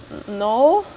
no